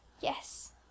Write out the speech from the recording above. yes